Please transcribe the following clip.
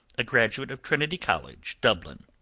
a graduate of trinity college, dublin.